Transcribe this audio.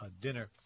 dinner